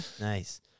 Nice